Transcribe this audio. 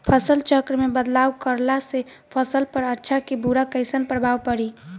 फसल चक्र मे बदलाव करला से फसल पर अच्छा की बुरा कैसन प्रभाव पड़ी?